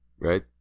right